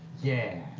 yeah,